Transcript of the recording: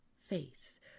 face